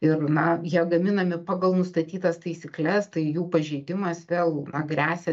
ir na jie gaminami pagal nustatytas taisykles tai jų pažeidimas vėl na gresia